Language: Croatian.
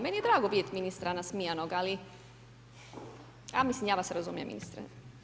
Meni je drago vidjeti ministra nasmijanog ali, mislim, ja vas razumijem, ministre.